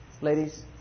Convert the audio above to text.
ladies